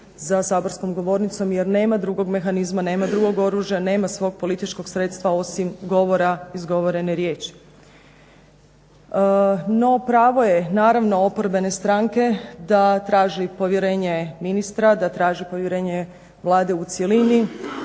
za saborskom govornicom jer nema drugog mehanizma, nema drugog oružja, nema svog političkog sredstva osim govora izgovorene riječi. No pravo je naravno oporbene stranke da traži povjerenje ministra, da traži povjerenje Vlade u cjelini,